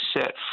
set